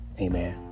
Amen